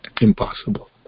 Impossible